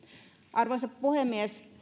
arvoisa puhemies